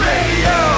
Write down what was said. Radio